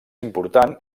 important